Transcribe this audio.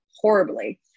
horribly